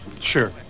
sure